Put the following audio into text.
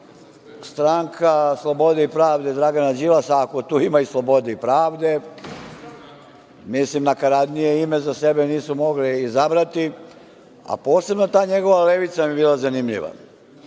Stranka slobode i pravde, Dragana Đilasa, ako tu ima slobode i pravde, mislim nakaradnije ime za sebe nisu mogli izabrati. Meni je posebno ta njegova Levica bila zanimljiva.